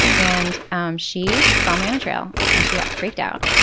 and um she saw me on a trail and she got freaked out,